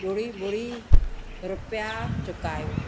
ॿुड़ी ॿुड़ी रुपया चुकायो